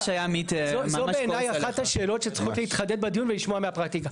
זו בעיניי אחת השאלות שצריכות להתחדד בדיון ולשמוע מהפרקטיקה.